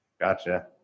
Gotcha